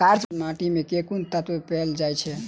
कार्य माटि मे केँ कुन तत्व पैल जाय छै?